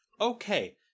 Okay